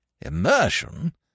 Immersion